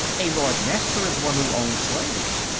a lord-master is one who owns slaves.